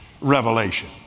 revelation